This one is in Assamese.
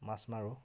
মাছ মাৰোঁ